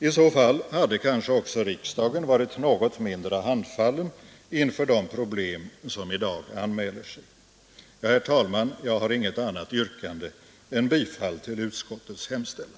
I så fall hade kanske också riksdagen varit något mindre handfallen inför de problem som i dag anmäler sig. Herr talman! Jag har inget annat yrkande än bifall till utskottets hemställan.